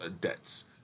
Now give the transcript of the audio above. debts